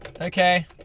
Okay